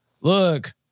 look